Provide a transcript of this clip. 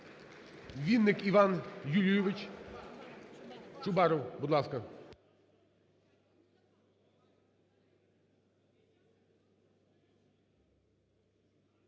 Вінник Іван Юлійович. Чубаров, будь ласка.